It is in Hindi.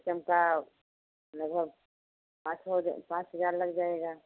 शीशम का लगभग पाँच छः पाँच हज़ार लग जाएगा